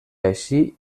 així